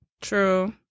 True